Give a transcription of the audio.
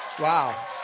Wow